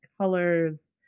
colors